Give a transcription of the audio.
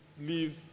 leave